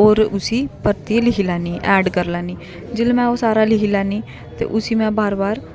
होर उसी परतियै लिखी लैन्नी ऐड करी लैन्नी जेल्लै में ओह् सारा लिखी लैन्नी ते उसी में बार बार